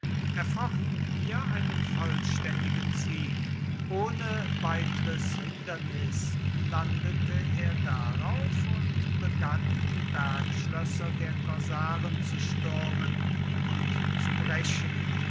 erfochten hier einen vollständigen sieg ohne weiteres hindernis landete er darauf und begann die bergschlösser der korsaren zu stürmen und zu brechen